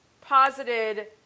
posited